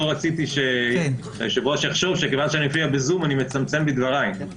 לא רציתי שהיושב-ראש יחשוב שבגלל שאני מופיע בזום אני מצמצם בדבריי.